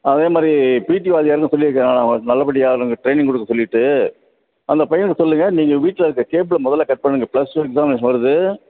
அதேமாதிரி பிட்டி வாத்தியாருக்கும் சொல்லி இருக்கேன் அவனுக்கு நல்லபடியாக ட்ரைனிங் கொடுக்க சொல்லிவிட்டு அந்த பையனுக்கு சொல்லுங்கள் நீங்கள் வீட்டில் இருக்கிற கேபுளை முதல்ல கட் பண்ணுங்கள் ப்ளஸ்டூ எக்ஸாமினேஷன் வருது